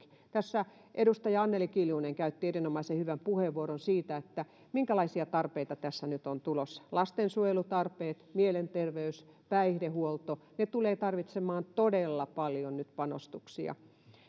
tässä edustaja anneli kiljunen käytti erinomaisen hyvän puheenvuoron siitä minkälaisia tarpeita tässä nyt on tulossa lastensuojelutarpeet mielenterveys päihdehuolto tulevat tarvitsemaan todella paljon nyt panostuksia